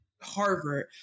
Harvard